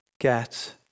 get